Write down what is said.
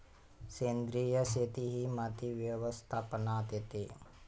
सेंद्रिय शेती ही माती व्यवस्थापनात येते